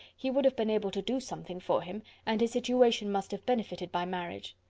he would have been able to do something for him, and his situation must have benefited by marriage.